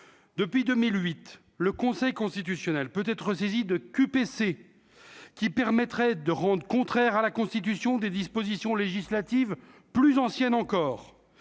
depuis 2008 le Conseil constitutionnel peut être saisi de QPC qui permettrait de contraire à la Constitution des dispositions législatives plus ancienne encore